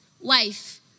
wife